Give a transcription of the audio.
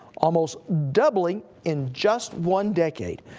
almost doubling in just one decade.